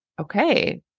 Okay